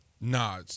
Nah